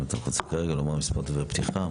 אם אתה רוצה לומר מספר משפטי פתיחה.